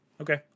Okay